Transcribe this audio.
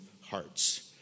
hearts